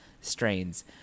strains